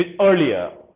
Earlier